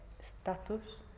status